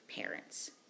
parents